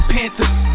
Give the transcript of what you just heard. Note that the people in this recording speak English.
Panthers